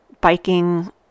biking